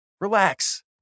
Relax